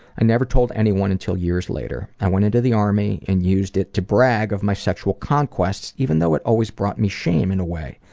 i never told anyone until years later. i went into the army and used it to brag of my sexual conquests even though it always brought me shame, in a way.